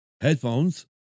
headphones